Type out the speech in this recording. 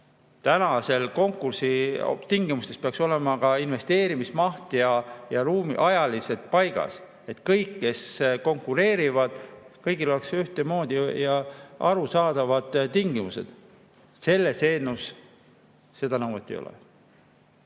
selle konkursi tingimustes olema investeerimismaht ja -ruum ajaliselt paigas, et kõigil, kes konkureerivad, oleks ühtemoodi ja arusaadavad tingimused. Selles eelnõus seda nõuet ei ole. Ja